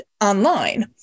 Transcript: online